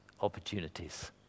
Opportunities